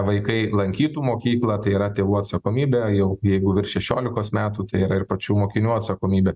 vaikai lankytų mokyklą tai yra tėvų atsakomybė jau jeigu virš šešiolikos metų tai yra ir pačių mokinių atsakomybė